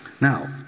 Now